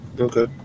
Okay